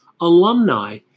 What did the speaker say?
alumni